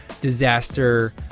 disaster